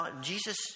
Jesus